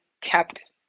kept